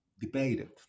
debated